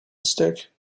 stick